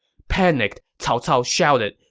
panicked, cao cao shouted,